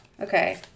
Okay